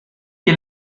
que